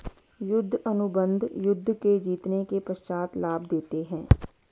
युद्ध अनुबंध युद्ध के जीतने के पश्चात लाभ देते हैं